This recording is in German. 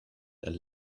dann